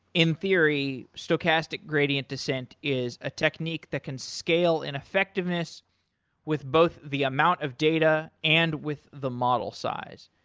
in theory stochastic gradient descent is a technique that can scale in effectiveness with both the amount of data and with the model size.